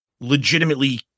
legitimately